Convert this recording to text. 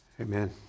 Amen